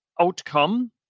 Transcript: outcome